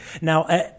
Now